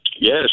Yes